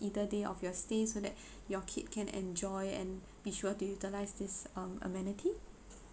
either day of your stay so that your kid can enjoy and be sure to utilize this um amenity